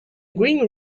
grim